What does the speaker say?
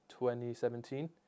2017